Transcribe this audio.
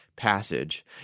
Passage